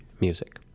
music